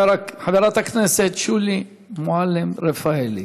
חברת הכנסת שולי מועלם-רפאלי.